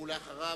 אחריו,